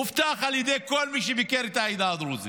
הוא הובטח על ידי כל מי שביקר את העדה הדרוזית.